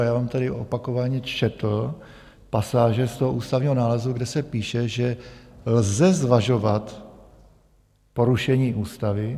A já vám tedy opakovaně četl pasáže z ústavního nálezu, kde se píše, že lze zvažovat porušení ústavy.